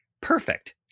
perfect